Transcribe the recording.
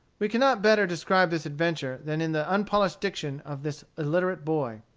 we cannot better describe this adventure than in the unpolished diction of this illiterate boy.